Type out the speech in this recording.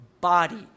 body